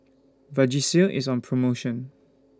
Vagisil IS on promotion